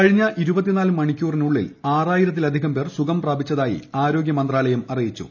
കഴിഞ്ഞ ആറായിരത്തിലധികം പേർ സുഖം പ്രാപിച്ചതായി ആരോഗ്യ മന്ത്രാലയം അറിയിച്ചു